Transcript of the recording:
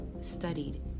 studied